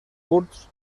curts